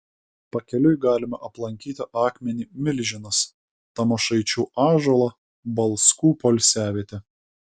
pakeliui galima aplankyti akmenį milžinas tamošaičių ąžuolą balskų poilsiavietę